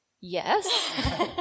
yes